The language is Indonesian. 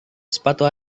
sepatu